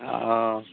অঁ